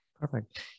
Perfect